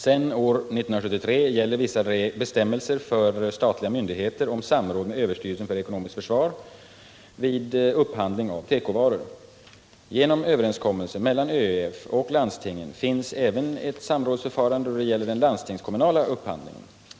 Sedan år 1973 gäller vissa bestämmelser för statliga myndigheter om samråd med överstyrelsen för ekonomiskt försvar vid upphandling av tekovaror. Genom överenskommelse mellan ÖEF och landstingen finns även ett samrådsförfarande då det gäller den landstingskommunala upphandlingen.